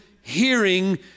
hearing